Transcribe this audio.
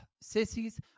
Sissies